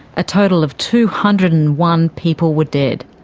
a total of two hundred and one people were dead.